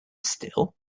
still